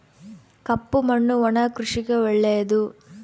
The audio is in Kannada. ಕಪ್ಪು ಮಣ್ಣು ಒಣ ಕೃಷಿಗೆ ಒಳ್ಳೆಯದು